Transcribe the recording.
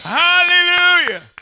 hallelujah